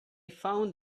found